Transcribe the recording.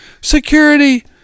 security